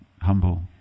humble